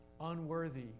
unworthy